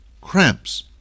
cramps